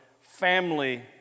family